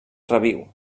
reviu